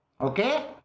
Okay